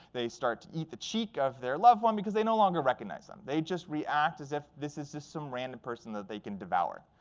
they start to eat the cheek of their loved one because they no longer recognize them. they just react as if this is just some random person that they can devour.